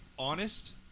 Honest